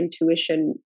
intuition